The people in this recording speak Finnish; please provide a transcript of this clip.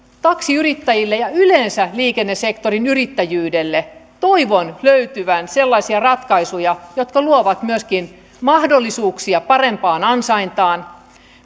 taksiyrittäjille ja yleensä liikennesektorin yrittäjyydelle toivon löytyvän sellaisia ratkaisuja jotka luovat myöskin mahdollisuuksia parempaan ansaintaan